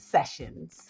Sessions